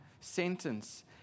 sentence